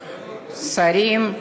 שרים,